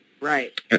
Right